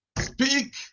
Speak